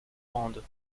grandes